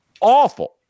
Awful